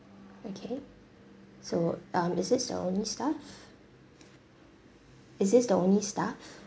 okay so um is this the only staff is this the only staff